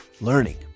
learning